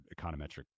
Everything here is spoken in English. econometric